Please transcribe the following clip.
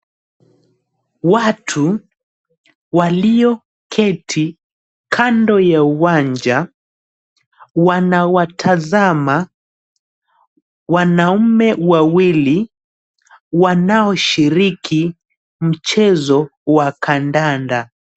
Watu walioketi kando ya uwanja, wanawatazama wanaume wawili wanaoshiriki mchezo wa kandanda.